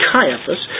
Caiaphas